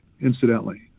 Incidentally